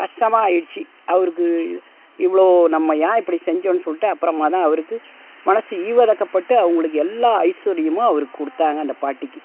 கஷ்டமாக ஆயிடிச்சு அவருக்கு இவ்வளோ நம்ம ஏன் இப்படி செஞ்சோன்னு சொல்லிட்டு அப்புறமா தான் அவருக்கு மனசு ஈவெரக்கப்பட்டு அவங்களுக்கு எல்லா ஐஸ்வர்யமும் அவர் கொடுத்தாங்க அந்த பாட்டிக்கு